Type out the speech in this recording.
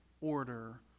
order